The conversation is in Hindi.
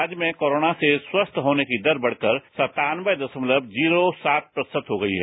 राज्य में कोरोना से स्वस्थ होने की दर बढ़कर सत्तानबे दशमलव जीरो सात प्रतिशत हो गई है